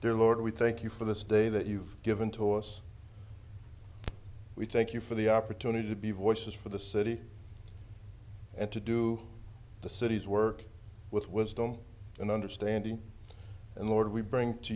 their lord we thank you for this day that you've given to us we thank you for the opportunity to be voices for the city and to do the city's work with wisdom and understanding and lord we bring to